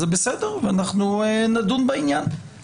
זה בסדר ואנחנו נדון בעניין.